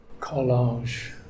collage